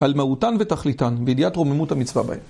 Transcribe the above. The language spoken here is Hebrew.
על מהותן ותכליתן, וידיעת רוממות המצווה בהן.